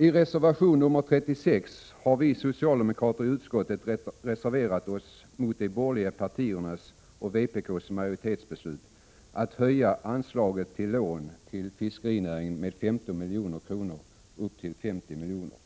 I reservation 36 har vi socialdemokrater i utskottet reserverat oss mot de borgerliga partiernas och vpk:s majoritetsbeslut att höja anslaget till lån till fiskerinäringen med 15 milj.kr. till 50 milj.kr.